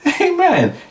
Amen